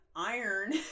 Iron